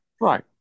right